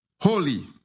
holy